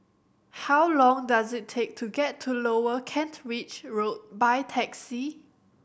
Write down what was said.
how long does it take to get to Lower Kent Ridge Road by taxi